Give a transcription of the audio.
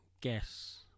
guess